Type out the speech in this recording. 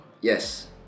Yes